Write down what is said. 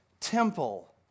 temple